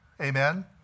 Amen